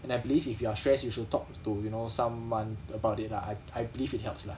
and I believe if you are stressed you should talk to you know someone about it lah I I believe it helps lah